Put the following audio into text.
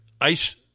ice